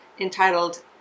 entitled